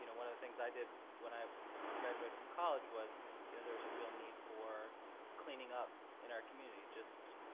you know one of the things i did when i graduated from college was you know there was a real need for cleaning up in our community, just,